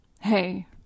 Hey